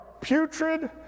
putrid